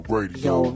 Radio